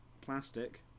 plastic